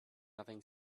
nothing